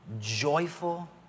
joyful